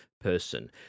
person